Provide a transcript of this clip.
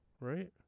right